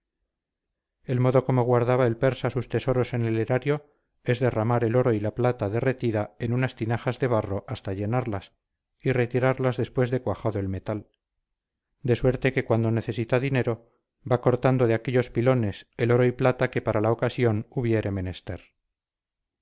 el modo como guarda el persa sus tesoros en el erario es derramar el oro y la plata derretida en unas tinajas de barro hasta llenarlas y retirarlas después de cuajado el metal de suerte que cuando necesita dinero va cortando de aquellos pilones el oro y plata que para la ocasión hubiere menester